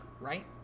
right